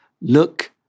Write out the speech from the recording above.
look